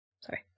Sorry